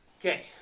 Okay